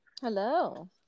Hello